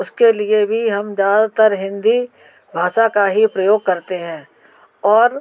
उसके लिए भी हम ज़्यादातर हिन्दी भाषा का ही प्रयोग करते हैं और